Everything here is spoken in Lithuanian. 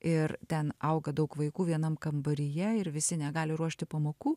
ir ten auga daug vaikų vienam kambaryje ir visi negali ruošti pamokų